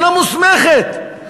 אינה מוסמכת,